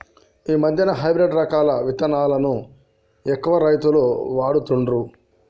ఈ మధ్యన హైబ్రిడ్ రకాల విత్తనాలను ఎక్కువ రైతులు వాడుతుండ్లు